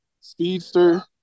speedster